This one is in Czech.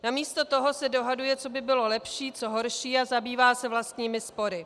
Namísto toho se dohaduje, co by bylo lepší, co horší, a zabývá se vlastními spory.